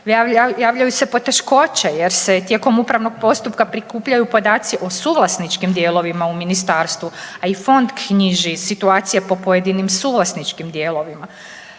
Javljaju se poteškoće jer se tijekom upravnog postupka prikupljaju podaci o suvlasničkim dijelovima u ministarstvu, a i fond knjiži situacije po pojedinim suvlasničkim dijelovima.